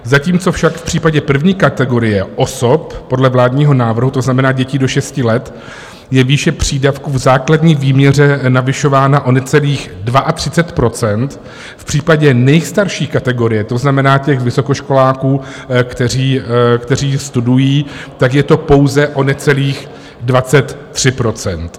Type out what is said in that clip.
Zatímco však v případě první kategorie osob podle vládního návrhu, to znamená děti do 6 let, je výše přídavku v základní výměře navyšována o necelých 32 %, v případě nejstarší kategorie, to znamená vysokoškoláků, kteří studují, tak je to pouze o necelých 23 %.